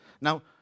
Now